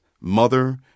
mother